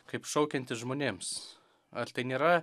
kaip šaukiantis žmonėms ar tai nėra